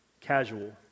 casual